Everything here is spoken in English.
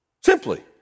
Simply